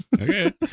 Okay